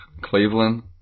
Cleveland